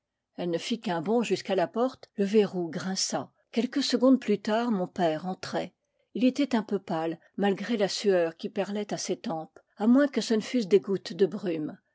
elle ne fit qu'un bond jusqu'à la porte le verrou grinça quelques secondes plus tard mon père entrait il était un peu pâle malgré la sueur qui perlait à ses tempes à moins que ce ne fussent des gouttes de brume